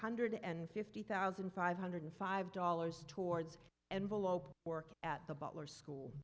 hundred and fifty thousand five hundred five dollars towards envelope work at the butler school